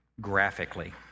graphically